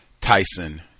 Tyson